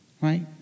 right